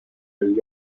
and